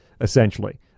essentially